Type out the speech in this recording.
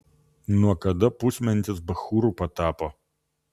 nuo kada pusmentis bachūru patapo